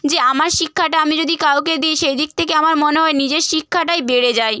যে আমার শিক্ষাটা আমি যদি কাউকে দিই সেই দিক থেকে আমার মনে হয় নিজের শিক্ষাটাই বেড়ে যায়